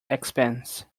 expense